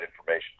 information